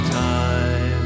time